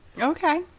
Okay